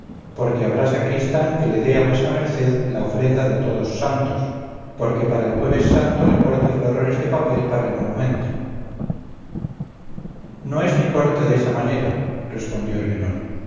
porque habrá sacristán que le dé a vuesa merced la ofrenda de todos santos porque para el jueves santo le corte florones de papel para el monumento no es mi corte desa manera respondió el menor